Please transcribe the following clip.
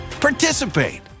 participate